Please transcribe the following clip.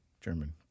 German